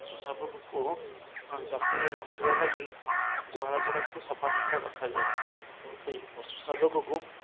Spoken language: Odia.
ପଶୁ ଶାବକକୁ ଯତ୍ନରେ ରଖିବା ଲାଗି ଗୁହାଳଗୁଡ଼ାକୁ ସଫା ସୁୁତୁରା ରଖାଯାଏ ଏବଂ ସେହି ପଶୁ ଶାବକକୁ